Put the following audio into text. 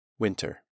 Winter